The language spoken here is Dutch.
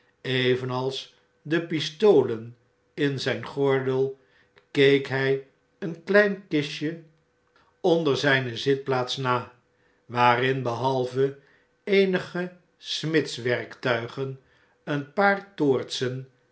evenals de pistolen in zip gordel keek hg een klein kistje onder zjjne zitplaats na waarin behalve eenige smidswerktuigen een paar toortsen